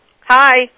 Hi